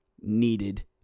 needed